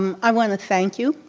um i wanna thank you.